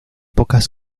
pocas